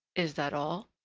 is that all?